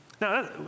Now